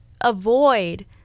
avoid